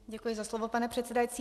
Děkuji za slovo, pane předsedající.